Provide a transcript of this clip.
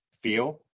Feel